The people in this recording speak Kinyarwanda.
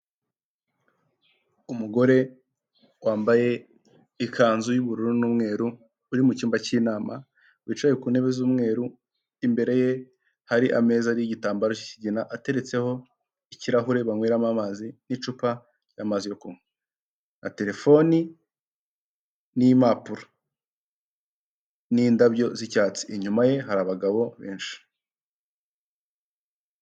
Umugore wambaye ikanzu y'ubururu n'umweru, uri mu cyumba cy'inama wicaye ku ntebe z'umweru, imbere ye hari ameza ariho igitambaro k'ikigina, ateretseho ikirahure bankweramo amazi n'icupa ry'amazi yo kunywa, na terefoni n'impapuro n'indabyo z'icyatsi inyuma ye hari abagabo benshi.